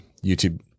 YouTube